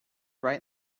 right